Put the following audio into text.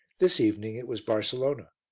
this evening it was barcelona.